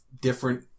different